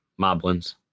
moblins